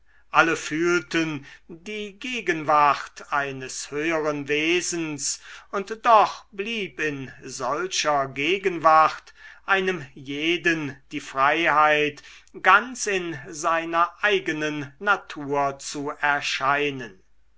alle fühlten die gegenwart eines höheren wesens und doch blieb in solcher gegenwart einem jeden die freiheit ganz in seiner eigenen natur zu erscheinen